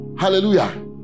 Hallelujah